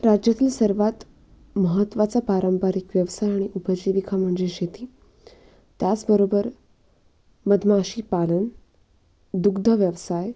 राज्यातील सर्वांत महत्त्वाचा पारंपरिक व्यवसाय आणि उपजीविका म्हणजे शेती त्याचबरोबर मधमाशीपालन दुग्धव्यवसाय